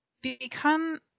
Become